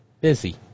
busy